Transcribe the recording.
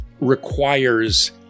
requires